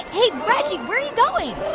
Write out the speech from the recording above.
hey, reggie. where are you going?